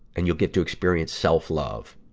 and you'll get to experience self-love.